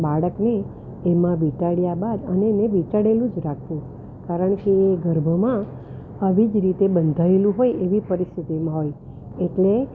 બાળકને એમાં વીંટાળ્યા બાદ અને એને વીંટાળેલું જ રાખવું કારણ કે એ ગર્ભમાં આવી જ રીતે બંધાયેલું હોય એવી પરિસ્થિતિમાં હોય એટલે